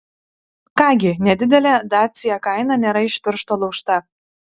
ką gi nedidelė dacia kaina nėra iš piršto laužta